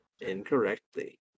Incorrectly